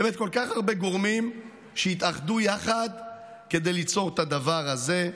באמת כל כך הרבה גורמים שהתאחדו יחד כדי ליצור את הדבר הזה.